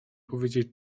powiedzieć